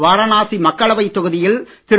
வாரணாசி மக்களவை தொகுதியில் திரு